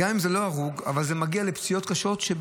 זה מגיע לפציעות קשות,